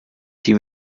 die